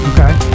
Okay